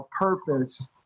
purpose